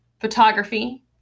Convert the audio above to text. photography